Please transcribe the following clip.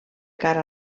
cara